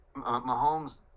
Mahomes